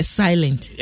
silent